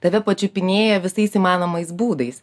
tave pačiupinėja visais įmanomais būdais